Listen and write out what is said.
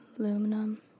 Aluminum